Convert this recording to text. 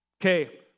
okay